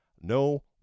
no